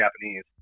Japanese